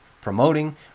promoting